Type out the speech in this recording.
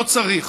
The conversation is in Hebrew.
לא צריך.